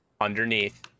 underneath